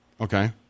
Okay